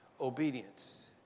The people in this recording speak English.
Obedience